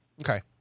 Okay